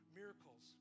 miracles